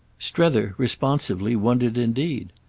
strether, responsively, wondered indeed.